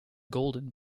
golden